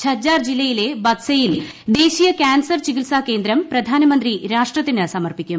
ഝജ്ജാർ ജില്ലയിലെ ബദ്സയിൽ ദേശീയ കാൻസർ ചികിത്സാകേന്ദ്രം പ്രധാനമന്ത്രി രാഷ്ട്രത്തിന് സമർപ്പിക്കും